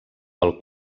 pel